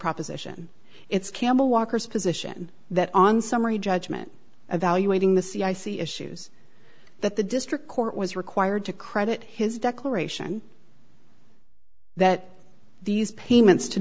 proposition it's campbell walker's position that on summary judgment evaluating the c i c issues that the district court was required to credit his declaration that these payments to